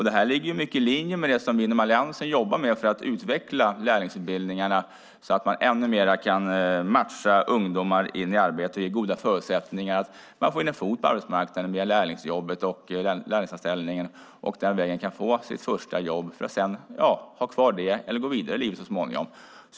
Detta ligger mycket i linje med det vi inom Alliansen jobbar med för att utveckla lärlingsutbildningarna så att man ännu mer kan matcha ungdomar in i arbete och ge dem goda förutsättningar att få in en fot på arbetsmarknaden via lärlingsanställningen. De kan få sitt första jobb den vägen för att sedan antingen ha kvar det eller så småningom gå vidare i livet.